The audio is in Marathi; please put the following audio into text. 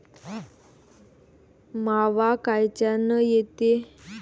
मावा कायच्यानं येते?